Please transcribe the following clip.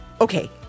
Okay